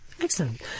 Excellent